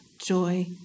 joy